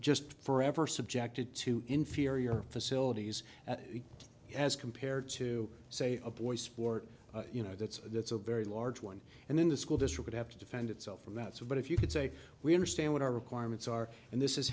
just forever subjected to inferior facilities as compared to say a boy's sport you know that's that's a very large one and then the school district have to defend itself from that so what if you could say we understand what our requirements are and this is